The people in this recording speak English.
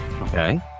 okay